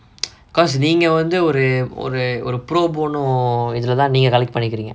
because நீங்க வந்து ஒரு ஒரு ஒரு:neenga vanthu oru oru oru propone oh இதுலதா நீங்க:ithulathaa neenga collect பண்ணிக்குரிங்க:pannikkuringa